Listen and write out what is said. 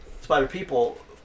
Spider-People